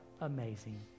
amazing